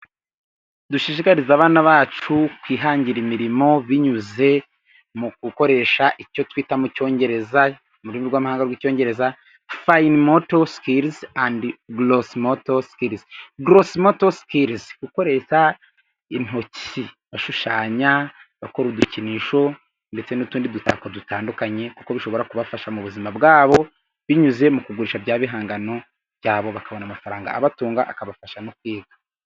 Dushishikarize abana bacu kwihangira imirimo binyuze mu gukoresha icyo twita mu cyongereza mu rurimi rw'amahanga rw'icyongereza fayine moto sikirizi andi gorosimoto sikirizi . Gorosi moto sikirizi, gukoresha intoki, bashushanya, bakora udukinisho, ndetse n'utundi dutako dutandukanye, kuko bishobora kubafasha mu buzima bwabo, binyuze mu kugurisha bya bihangano byabo bakabona amafaranga abatunga, akabafasha no kwiga.